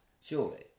Surely